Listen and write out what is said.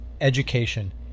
education